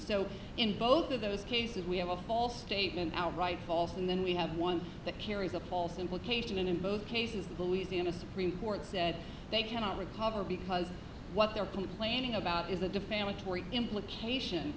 so in both of those cases we have a false statement outright false and then we have one that carries a false implication and in both cases the louisiana supreme court said they cannot recover because what they're complaining about is the defamatory implication